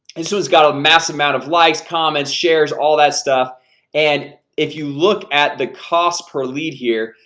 and so it's got a mass amount of likes comments shares all that stuff and if you look at the cost per lead here,